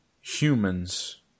humans